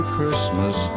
Christmas